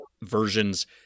versions